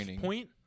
Point